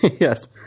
Yes